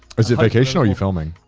is it vacation? or are you filming?